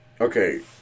Okay